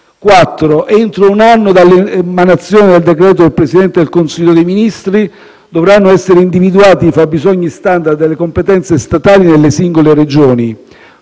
Entro un anno dall'emanazione del decreto del Presidente del Consiglio dei ministri, dovranno essere individuati i fabbisogni *standard* delle competenze statali nelle singole Regioni